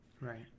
Right